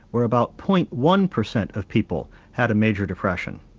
where about point one per cent of people had a major depression.